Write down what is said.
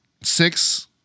six